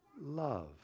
love